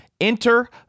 Enter